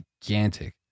gigantic